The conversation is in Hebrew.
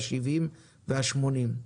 השבעים והשמונים.